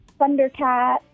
Thundercat